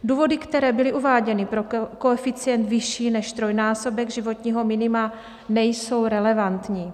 Důvody, které byly uváděny pro koeficient vyšší než 3násobek životního minima, nejsou relevantní.